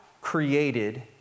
created